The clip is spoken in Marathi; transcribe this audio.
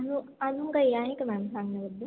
हो अजून काही आहे का मॅम सांगण्याबद्दल